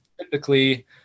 Typically